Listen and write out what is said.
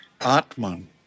Atman